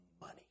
money